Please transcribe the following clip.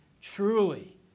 Truly